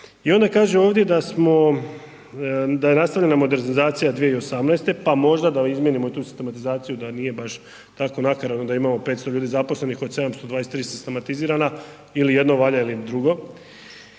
i onda kaže ovdje da smo, da je nastavljena modernizacija 2018., pa možda da izmijenimo i tu sistematizaciju da nije baš tako nakaradno da imamo 500 ljudi zaposlenih od 723 sistematizirana ili jedno valja ili drugo.